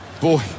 boy